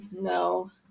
no